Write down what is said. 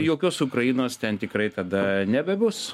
jokios ukrainos ten tikrai tada nebebus